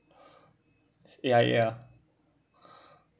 ya ya